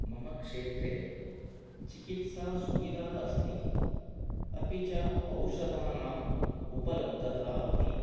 मम क्षेत्रे चिकित्सा सुविधा अस्ति अपि च औषधानाम् उपलब्धता अपि